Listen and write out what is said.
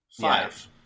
Five